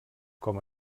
com